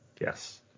Yes